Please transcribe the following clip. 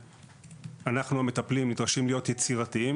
אנחנו המטפלים נדרשים להיות יצירתיים